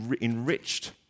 enriched